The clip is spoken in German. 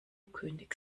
könig